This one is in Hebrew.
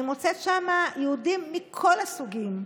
אני מוצאת שם יהודים מכל הסוגים,